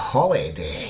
Holiday